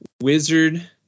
wizard